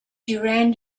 duran